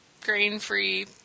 grain-free